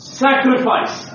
sacrifice